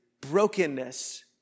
brokenness